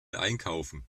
einkaufen